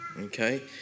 Okay